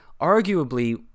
arguably